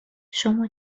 شما